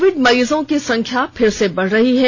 Covid मरीजों की संख्या फिर से बढ़ रही है